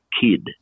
Kid